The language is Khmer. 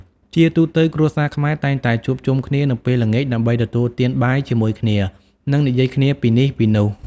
ជាទូទៅ គ្រួសារខ្មែរតែងតែជួបជុំគ្នានៅពេលល្ងាចដើម្បីទទួលទានបាយជាមួយគ្នានិងនិយាយគ្នាពីនេះពីនោះ។